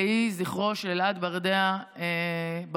יהי זכרו של אלעד ברדע ברוך.